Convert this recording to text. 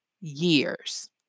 years